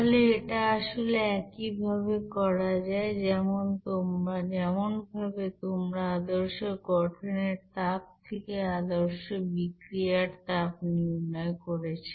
তাহলে এটা আসলে একইভাবে করা যায় যেমনভাবে তোমরা আদর্শ গঠনের তাপ থেকে আদর্শ বিক্রিয়া তাপ নির্ণয় করেছে